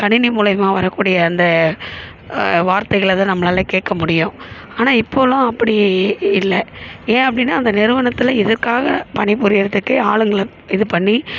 கணினி மூலயமா வரக்கூடிய அந்த வார்த்தைகளை தான் நம்மளால் கேட்க முடியும் ஆனால் இப்போதுலாம் அப்படி இல்லை ஏன் அப்படின்னா அந்த நிறுவனத்தில் இதற்காக பணிபுரிகிறதுக்கு ஆளுகள இது பண்ணி